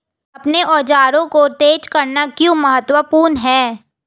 अपने औजारों को तेज करना क्यों महत्वपूर्ण है?